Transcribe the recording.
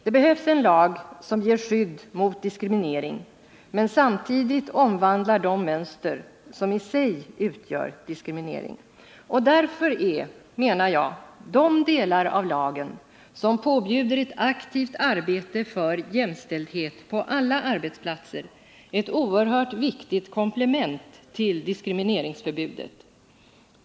Det behövs en lag som ger skydd mot diskriminering, men som samtidigt omvandlar de mönster som i sig utgör diskriminering. Därför är, menar jag, de delar av lagen som påbjuder ett aktivt arbete för jämställdhet på alla arbetsplatser ett oerhört viktigt komplement till diskrimineringsförbudet.